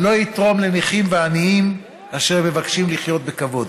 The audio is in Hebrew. לא יתרום לנכים ולעניים אשר מבקשים לחיות בכבוד.